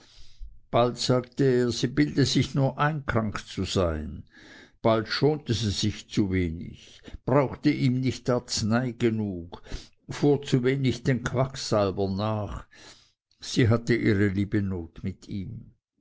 bald sagte er sie bilde sich nur ein krank zu sein bald schonte sie sich zu wenig brauchte ihm nicht arznei genug fuhr zu wenig den quacksalbern nach sie hatte ihre liebe not mit ihm